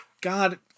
God